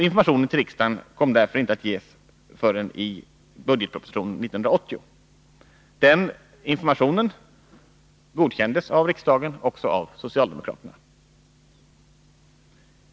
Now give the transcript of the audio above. Informationen till riksdagen kom därför inte att ges förrän i budgetpropositionen 1980. Den informationen godkändes av riksdagen — också av socialdemokraterna.